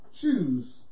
Choose